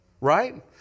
Right